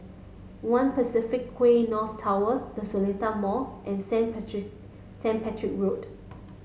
one Quay North Towers the Seletar Mall and Saint Patrick Saint Patrick Road